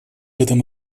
этом